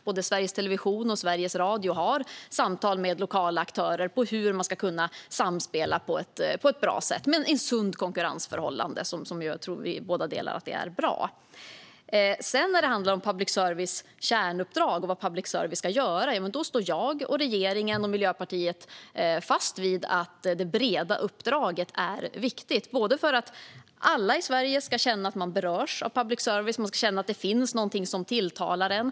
Både Sveriges Television och Sveriges Radio har samtal med lokala aktörer om hur de ska kunna samspela på ett bra sätt. Men det ska ske med sunda konkurrensförhållanden. Och jag tror att vi båda delar uppfattningen att det är bra. Sedan är det frågan om public services kärnuppdrag och vad public service ska göra. Där står jag, regeringen och Miljöpartiet fast vid att det breda uppdraget är viktigt. Alla i Sverige ska känna att de berörs av public service. De ska känna att det finns något som tilltalar dem.